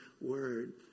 Word